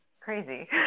crazy